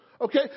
Okay